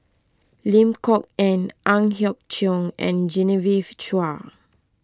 Lim Kok Ann Ang Hiong Chiok and Genevieve Chua